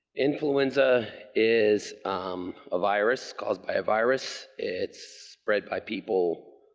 influenza is um a virus, caused by a virus. it's spread by people,